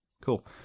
Cool